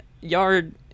yard